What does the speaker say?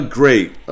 great